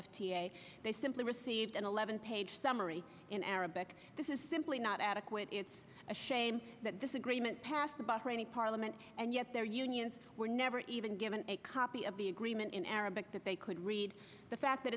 a they simply received an eleven page summary in arabic this is simply not adequate it's a shame that this agreement passed the buck for any parliament and yet their unions were never even given a copy of the agreement in arabic that they could read the fact that